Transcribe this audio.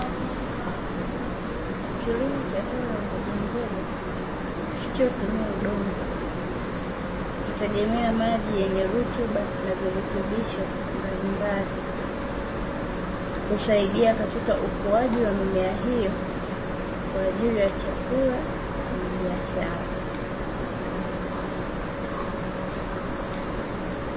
Kilimo cha zao la mbogamboga kisichotumia udongo, kikitegemea maji yenye rutuba na virutubisho mbalimbali, kusaidia katika ukuaji wa mimea hiyo kwa ajili ya chakula na biashara.